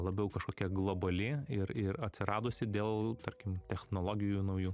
labiau kažkokia globali ir ir atsiradusi dėl tarkim technologijų naujų